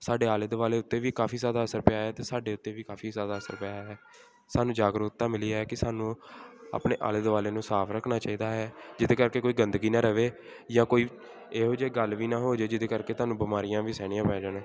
ਸਾਡੇ ਆਲੇ ਦੁਆਲੇ ਉੱਤੇ ਵੀ ਕਾਫੀ ਜ਼ਿਆਦਾ ਅਸਰ ਪਿਆ ਹੈ ਅਤੇ ਸਾਡੇ ਉੱਤੇ ਵੀ ਕਾਫੀ ਜ਼ਿਆਦਾ ਅਸਰ ਪਿਆ ਹੈ ਸਾਨੂੰ ਜਾਗਰੂਕਤਾ ਮਿਲੀ ਹੈ ਕਿ ਸਾਨੂੰ ਆਪਣੇ ਆਲੇ ਦੁਆਲੇ ਨੂੰ ਸਾਫ ਰੱਖਣਾ ਚਾਹੀਦਾ ਹੈ ਜਿਹਦੇ ਕਰਕੇ ਕੋਈ ਗੰਦਗੀ ਨਾ ਰਹੇ ਜਾਂ ਕੋਈ ਇਹੋ ਜਿਹੇ ਗੱਲ ਵੀ ਨਾ ਹੋ ਜੇ ਜਿਹਦੇ ਕਰਕੇ ਤੁਹਾਨੂੰ ਬਿਮਾਰੀਆਂ ਵੀ ਸਹਿਣੀਆਂ ਪੈ ਜਾਣ